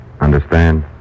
Understand